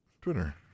Twitter